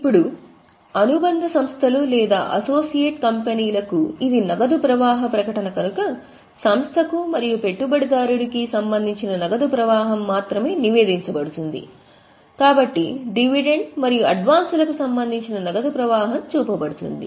ఇప్పుడు అనుబంధ సంస్థలు లేదా అసోసియేట్ కంపెనీలకు ఇది నగదు ప్రవాహ ప్రకటన కనుక సంస్థకు మరియు పెట్టుబడిదారుడికి సంబంధించిన నగదు ప్రవాహం మాత్రమే నివేదించబడుతుంది కాబట్టి డివిడెండ్ మరియు అడ్వాన్స్లకు సంబంధించిన నగదు ప్రవాహం చూపబడుతుంది